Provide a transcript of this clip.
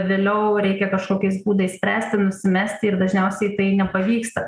vėliau reikia kažkokiais būdais spręsti nusimesti ir dažniausiai tai nepavyksta